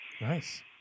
Nice